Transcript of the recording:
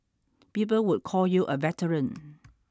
people would call you a veteran